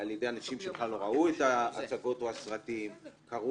על ידי אנשים שבכלל לא ראו את ההצגות או הסרטים או ראו